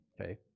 Okay